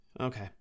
Okay